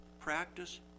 practice